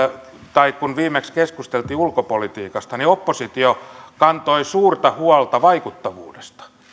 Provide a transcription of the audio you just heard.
tai kun viimeksi keskusteltiin ulkopolitiikasta oppositio kantoi suurta huolta vaikuttavuudesta